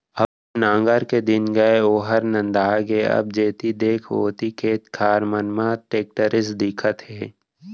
अब नांगर के दिन गय ओहर नंदा गे अब जेती देख ओती खेत खार मन म टेक्टरेच दिखत हे